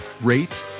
rate